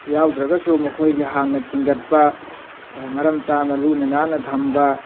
ꯌꯥꯎꯗ꯭ꯔꯒꯁꯨ ꯃꯈꯣꯏꯒꯤ ꯍꯥꯟꯅ ꯈꯤꯟꯒꯠꯄ ꯃꯔꯝ ꯆꯥꯅ ꯂꯨꯅ ꯅꯥꯟꯅ ꯊꯝꯕ